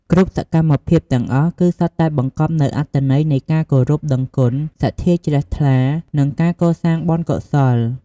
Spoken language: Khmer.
គ្រប់សកម្មភាពទាំងអស់ គឺសុទ្ធតែបង្កប់នូវអត្ថន័យនៃការគោរពដឹងគុណ សទ្ធាជ្រះថ្លា និងការកសាងបុណ្យកុសល។